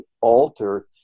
alter